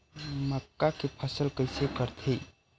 मक्का के फसल कइसे करथे?